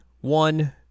one